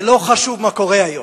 ולא חשוב מה קורה היום.